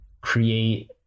create